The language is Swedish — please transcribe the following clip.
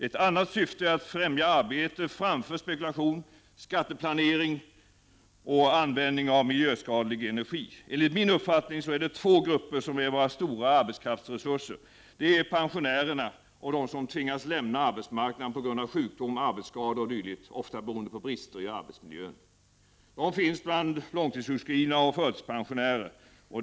Ett annat syfte är att främja arbete framför spekulation, skatteplanering och användning av miljöskadlig energi. Enligt min uppfattning är det två grupper som är våra stora arbetskraftsresurser. Det är pensionärerna och de som tvingats lämna arbetsmarknaden på grund av sjukdom, arbetsskador o.d., ofta beroende på brister i arbetsmiljön. De finns bland långtidssjukskrivna och förtidspensionärer.